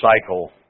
cycle